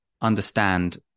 understand